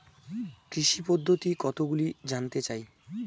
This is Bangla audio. কৃষি পদ্ধতি কতগুলি জানতে চাই?